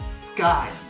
sky